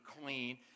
clean